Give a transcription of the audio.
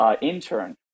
intern